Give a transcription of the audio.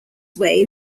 way